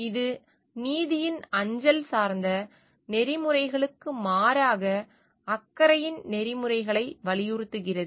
இது நீதியின் அஞ்சல் சார்ந்த நெறிமுறைகளுக்கு மாறாக அக்கறையின் நெறிமுறைகளை வலியுறுத்துகிறது